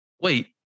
Wait